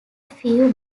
few